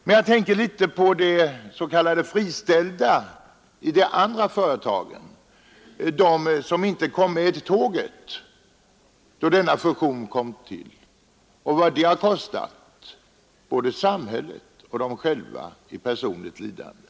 Men jag tänker litet på de s.k. friställda i de andra företagen, på dem som inte kom med tåget då denna fusion kom till, och vad det har kostat både samhället och dem själva i personligt lidande.